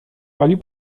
palił